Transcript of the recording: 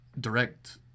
direct